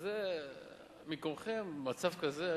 אז מקומכם במצב כזה,